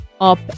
up